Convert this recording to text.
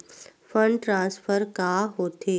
Fund transfer का होथे?